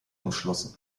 umschlossen